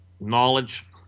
knowledge